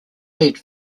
led